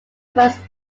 first